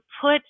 put